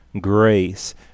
grace